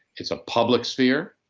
it's a public sphere.